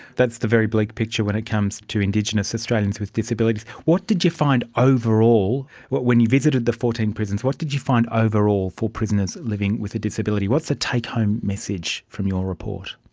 that's the very bleak picture when it comes to indigenous australians with disabilities. what did you find overall, when you visited the fourteen prisons, what did you find overall for prisoners living with a disability? what's the take-home message from your report?